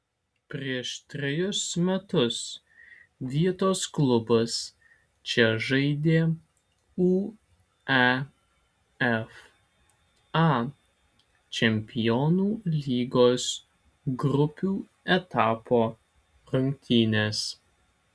prieš trejus metus vietos klubas čia žaidė uefa čempionų lygos grupių etapo rungtynes